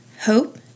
hope